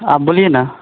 आप बोलिए ना